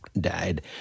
died